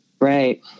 right